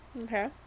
Okay